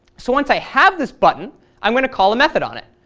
so once i have this button i'm going to call a method on it.